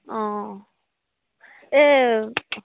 অঁ এই